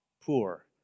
poor